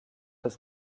ist